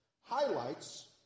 highlights